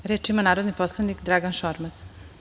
Reč ima narodni poslanik Dragan Šormaz.